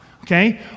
okay